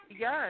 Yes